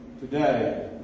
today